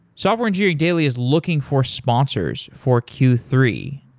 software engineering daily is looking for sponsors for q three.